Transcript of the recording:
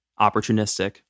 opportunistic